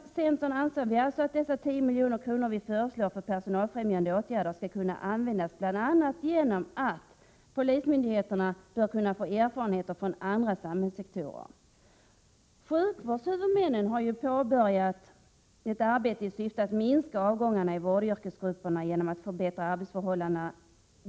I centern anser vi att de 10 miljoner som vi föreslår till personalfrämjande åtgärder skall kunna användas bl.a. så att polismyndigheterna får erfarenheter från andra samhällssektorer. Sjukvårdshuvudmännen har påbörjat ett arbete i syfte att minska avgångarna i vårdyrkesgrupperna genom att förbättra arbetsförhållandena.